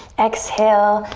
exhale,